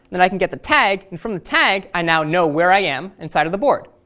then i can get the tag, and from the tag i now know where i am inside of the board.